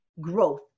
growth